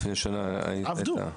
עבדו.